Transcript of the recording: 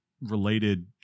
related